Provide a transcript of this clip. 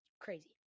crazy